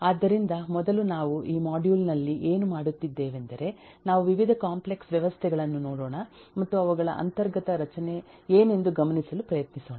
ಆದ್ದರಿಂದ ಮೊದಲು ನಾವು ಈ ಮಾಡ್ಯೂಲ್ ನಲ್ಲಿ ಏನು ಮಾಡುತ್ತೇವೆಂದರೆ ನಾವು ವಿವಿಧ ಕಾಂಪ್ಲೆಕ್ಸ್ ವ್ಯವಸ್ಥೆಗಳನ್ನು ನೋಡೋಣ ಮತ್ತು ಅವುಗಳ ಅಂತರ್ಗತ ರಚನೆ ಏನೆಂದು ಗಮನಿಸಲು ಪ್ರಯತ್ನಿಸೋಣ